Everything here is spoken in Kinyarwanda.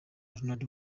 ronald